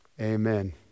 Amen